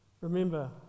Remember